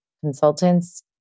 consultants